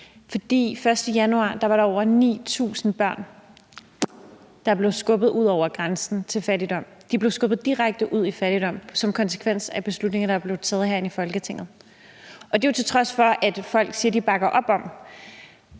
1. januar var der over 9.000 børn, der blev skubbet ud over grænsen til fattigdom. De blev skubbet direkte ud i fattigdom som konsekvens af beslutninger, der blev taget herinde i Folketinget. Og det er jo, til trods for at folk siger, de bakker op om